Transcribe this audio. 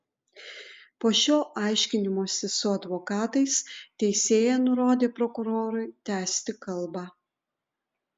po šio aiškinimosi su advokatais teisėja nurodė prokurorui tęsti kalbą